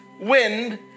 wind